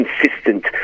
consistent